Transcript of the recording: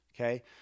okay